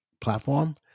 platform